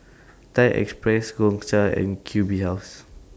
Thai Express Gongcha and Q B House